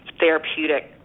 therapeutic